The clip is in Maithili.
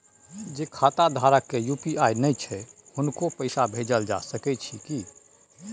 जे खाता धारक के यु.पी.आई नय छैन हुनको पैसा भेजल जा सकै छी कि?